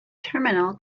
terminal